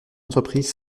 entreprise